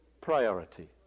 priority